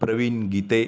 Praveen Gite